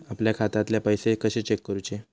आपल्या खात्यातले पैसे कशे चेक करुचे?